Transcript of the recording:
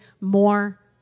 more